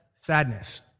sadness